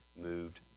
moved